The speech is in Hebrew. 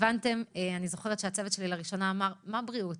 אני זוכרת שהצוות שלי לראשונה אמר: מה בריאות?